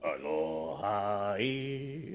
aloha